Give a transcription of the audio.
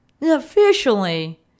Officially